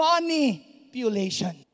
manipulation